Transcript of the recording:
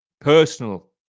personal